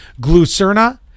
Glucerna